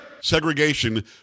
Segregation